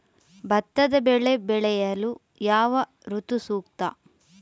ಭತ್ತದ ಬೆಳೆ ಬೆಳೆಯಲು ಯಾವ ಋತು ಸೂಕ್ತ?